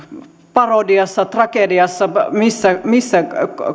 parodiassa tragediassa missä